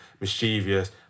mischievous